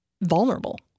vulnerable